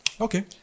Okay